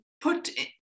put